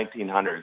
1900s